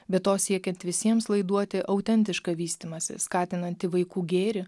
be to siekiant visiems laiduoti autentišką vystymąsi skatinantį vaikų gėrį